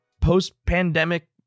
post-pandemic